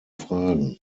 fragen